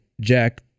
Jack